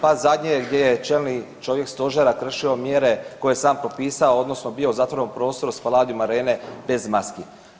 Pa zadnje gdje je čelni čovjek stožera kršio mjere koje je sam propisao odnosno bio u zatvorenom prostoru Spaladium arene bez maski.